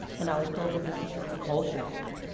and i was told, well, this is just the culture here.